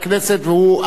הוא אחמד טיבי,